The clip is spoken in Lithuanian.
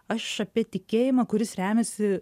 aš apie tikėjimą kuris remiasi